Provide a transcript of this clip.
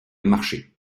marcher